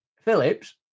Phillips